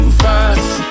fast